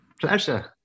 pleasure